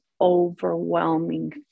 overwhelming